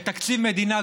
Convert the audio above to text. בתקציב מדינה,